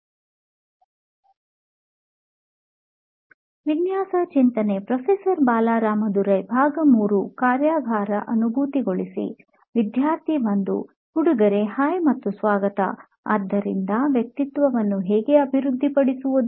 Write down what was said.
ವಿದ್ಯಾರ್ಥಿ 1 ಹುಡುಗರಿಗೆ ಹಾಯ್ ಮತ್ತೆ ಸ್ವಾಗತ ಆದ್ದರಿಂದ ವ್ಯಕ್ತಿತ್ವವನ್ನು ಹೇಗೆ ಅಭಿವೃದ್ಧಿಪಡಿಸುವುದು